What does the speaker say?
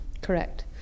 correct